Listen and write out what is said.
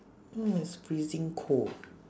mm it's freezing cold